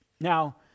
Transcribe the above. now